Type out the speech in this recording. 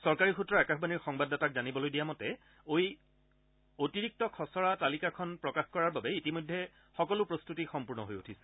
চৰকাৰী সূত্ৰই আকাশবাণীৰ সংবাদদাতাক জানিবলৈ দিয়া মতে এই অতিৰিক্ত খচৰা তালিকাখন প্ৰকাশ কৰাৰ বাবে ইতিমধ্যে সকলো প্ৰস্তুতি সম্পূৰ্ণ হৈ উঠিছে